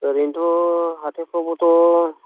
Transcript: ओरैनोथ' हाथायफोरावबोथ'